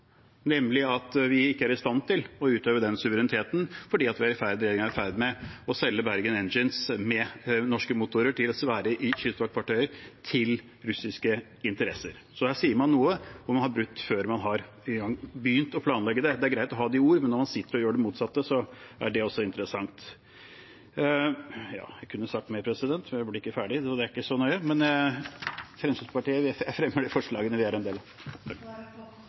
nemlig at vi ikke er i stand til å utøve den suvereniteten fordi regjeringen er i ferd med å selge Bergen Engines, med norske motorer til svære kystvaktfartøyer, til russiske interesser. Her sier man noe, hvor man har brutt det før man har engang begynt å planlegge det. Det er greit å ha det i ord, men når man sitter og gjør det motsatte, er det også interessant. Jeg kunne sagt mer, president, men jeg blir ikke ferdig, så det er ikke så nøye. Jeg fremmer forslaget Fremskrittspartiet er en del av.